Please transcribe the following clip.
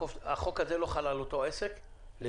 שהחוק הזה לא חל על אותו עסק לגביי.